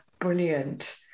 brilliant